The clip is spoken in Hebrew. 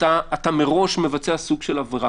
אתה מראש מבצע סוג של עבירה,